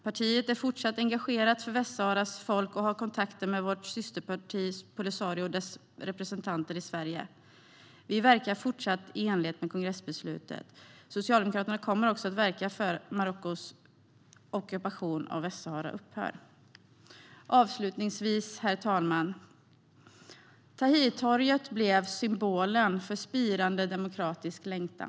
Partiet är engagerat för Västsaharas folk och har kontakter med vårt systerparti Polisario och dess representanter i Sverige. Vi verkar fortsatt i enlighet med kongressbeslutet. Socialdemokraterna kommer också framöver att verka för att Marockos ockupation av Västsahara upphör. Avslutningsvis, herr talman: Tahirtorget blev symbolen för spirande demokratisk längtan.